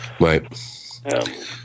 Right